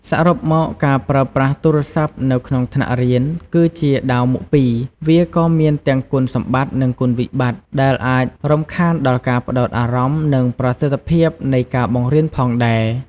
សរុបមក ការប្រើប្រាស់ទូរស័ព្ទនៅក្នុងថ្នាក់រៀនគឺជា ដាវមុខពីរ វាក៏មានទាំង គុណសម្បត្តិ និងគុណវិបត្តិ ដែលអាចរំខានដល់ការផ្តោតអារម្មណ៍ និងប្រសិទ្ធភាពនៃការបង្រៀនផងដែរ។